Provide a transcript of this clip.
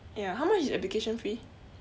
ya how much is application fee